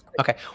Okay